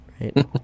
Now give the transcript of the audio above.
right